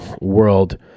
world